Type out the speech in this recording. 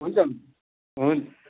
हुन्छ हुन्छ